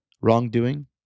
wrongdoing